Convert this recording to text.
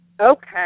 Okay